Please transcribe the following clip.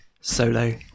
solo